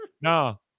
No